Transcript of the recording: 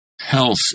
Health